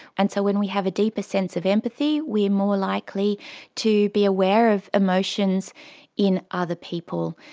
and so when we have a deeper sense of empathy, we are more likely to be aware of emotions in other people.